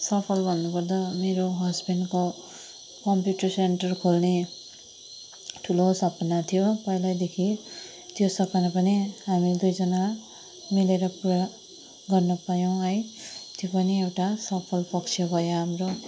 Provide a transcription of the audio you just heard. सफल भन्नुपर्दा मेरो हस्बेन्डको कम्प्युटर सेन्टर खोल्ने ठुलो सपना थियो पहिलैदेखि त्यो सपना पनि हामी दुईजना मिलेर पुरा गर्न पायौँ है त्यो पनि एउटा सफल पक्ष भयो हाम्रो